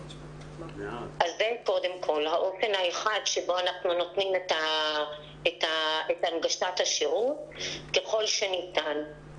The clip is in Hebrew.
אז זה קודם כול האופן האחד שבו אנחנו נותנים את הנגשת השירות ככל שניתן.